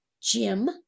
Jim